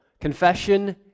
Confession